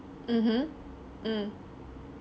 mmhmm mm